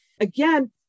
Again